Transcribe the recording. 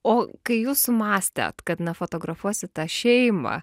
o kai jūs sumąstėt kad nufotografuosi tą šeimą